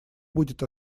будет